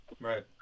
Right